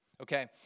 okay